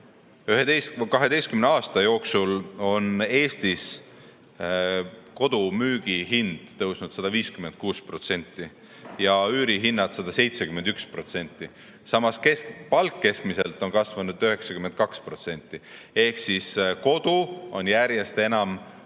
12 aasta jooksul on Eestis kodu müügi hind tõusnud 156% ja üürihinnad 171%. Samas palk keskmiselt on kasvanud 92% ehk siis kodu on järjest enam paljudele